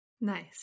Nice